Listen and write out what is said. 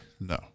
No